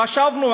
חשבנו,